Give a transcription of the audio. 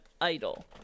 idol